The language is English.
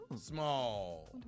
Small